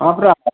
ହଁ ପରା